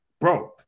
bro